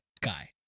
guy